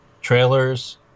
trailers